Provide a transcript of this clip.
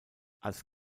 als